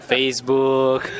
Facebook